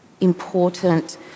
important